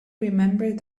remembered